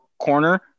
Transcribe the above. corner